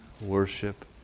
worship